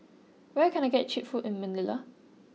where can I get cheap food in Manila